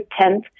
10th